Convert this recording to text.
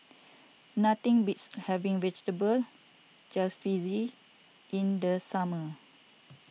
nothing beats having Vegetable Jalfrezi in the summer